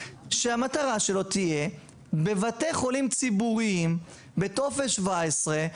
שמטרתו תהיה בבתי חולים ציבוריים בטופס 17,